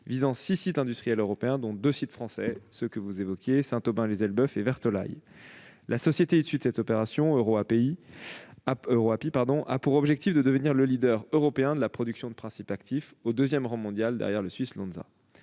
visant six sites industriels européens, dont deux sites français : Saint-Aubin-lès-Elbeuf et Vertolaye. La société issue de cette opération, EuroAPI, a pour objectif de devenir le leader européen de la production de principes actifs, au deuxième rang mondial, derrière le suisse Lonza.